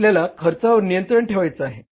आपल्याला खर्चावर नियंत्रण ठेवायचा आहे